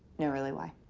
no really, why?